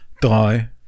Drei